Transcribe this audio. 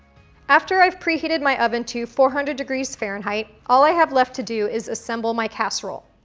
after i've preheated my oven to four hundred degrees fahrenheit, all i have left to do is assemble my casserole.